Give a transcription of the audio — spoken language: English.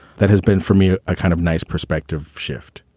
that has been for me a kind of nice perspective shift.